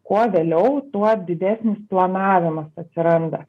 kuo vėliau tuo didesnis planavimas atsiranda